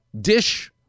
dish